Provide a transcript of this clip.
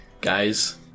Guys